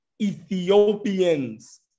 Ethiopians